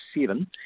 seven